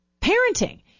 parenting